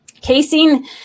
Casein